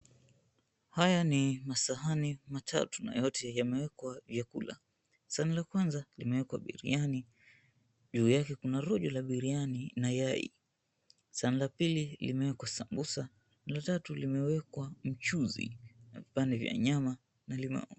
Haya ni masahani matatu na yote yameekwa vyakula. Sahani lakwanza limewekwa biriani juu yake kuna rojo la biriani na yai, sahani ya pili limeekwa sambusa la tatu limeekwa mchuzi na vipande vya nyama na limau.